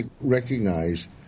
recognize